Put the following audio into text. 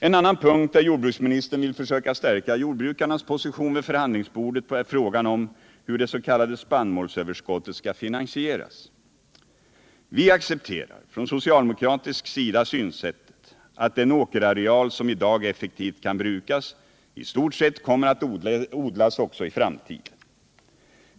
En annan punkt där jordbruksministern vill försöka stärka jordbrukarnas position vid förhandlingsbordet är frågan om hur det s.k. spannmålsöverskottet skall finansieras. Vi accepterar från socialdemokratisk sida synsättet att den åkerareal som i dag effektivt kan brukas i stort sett kommer att odlas också i framtiden.